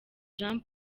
jean